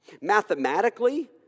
Mathematically